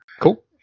Cool